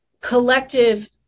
collective